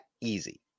easy